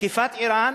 ותקיפת אירן